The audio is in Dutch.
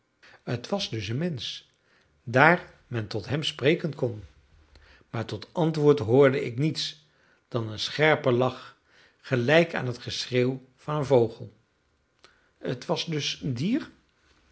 het was dus een mensch daar men tot hem spreken kon maar tot antwoord hoorde ik niets dan een scherpen lach gelijk aan het geschreeuw van een vogel het was dus een dier